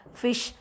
fish